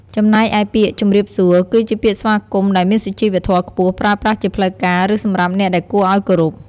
ចំណែកឯពាក្យ ជម្រាបសួរ គឺជាពាក្យស្វាគមន៍ដែលមានសុជីវធម៌ខ្ពស់ ប្រើប្រាស់ជាផ្លូវការឬសំរាប់អ្នកដែលគួរអោយគោរព។